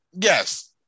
yes